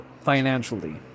financially